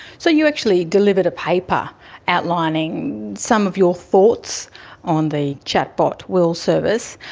so you actually delivered a paper outlining some of your thoughts on the chat bot will service.